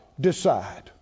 decide